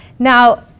Now